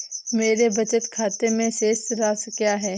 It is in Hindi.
मेरे बचत खाते में शेष राशि क्या है?